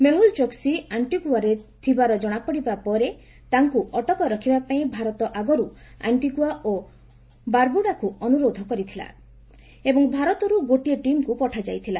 ମେହୁଲ ଚୋକ୍ସି ଆଣ୍ଟିଗୁଆରେ ଥିବାର ଜାଣିବା ପରେ ତାଙ୍କୁ ଅଟକ ରଖିବା ପାଇଁ ଭାରତ ଆଗରୁ ଆଣ୍ଟିଗୁଆ ଓ ବାର୍ବୁଡାକୁ ଅନୁରୋଧ କରିଥିଲା ଏବଂ ଭାରତରୁ ଗୋଟିଏ ଟିମ୍କୁ ପଠାଯାଇଥିଲା